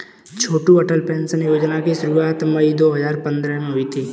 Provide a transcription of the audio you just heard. छोटू अटल पेंशन योजना की शुरुआत मई दो हज़ार पंद्रह में हुई थी